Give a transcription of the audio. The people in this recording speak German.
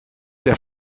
der